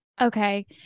Okay